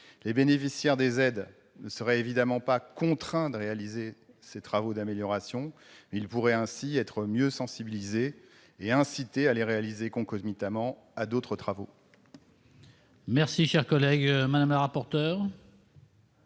Les bénéficiaires des aides ne seraient évidemment pas contraints de réaliser ces travaux d'amélioration, mais ils seraient ainsi mieux sensibilisés à leur intérêt et incités à les réaliser concomitamment à d'autres travaux.